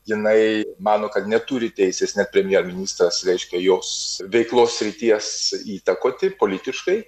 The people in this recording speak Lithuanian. jinai mano kad neturi teisės net premjerministras reiškia jos veiklos srities įtakoti politiškai